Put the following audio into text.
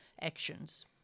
actions